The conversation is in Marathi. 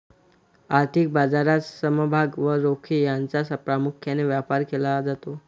आर्थिक बाजारात समभाग व रोखे यांचा प्रामुख्याने व्यापार केला जातो